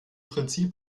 prinzip